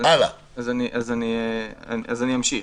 אני אמשיך.